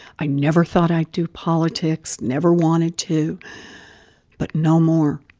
i never thought i'd do politics, never wanted to but no more.